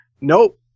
nope